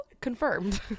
confirmed